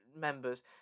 members